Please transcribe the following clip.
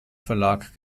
verlag